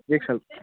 एक साल